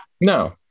No